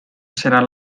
seran